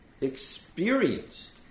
experienced